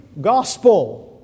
gospel